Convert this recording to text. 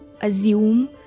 assume